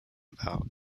about